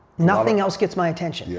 nothing else gets my attention. yeah